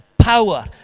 power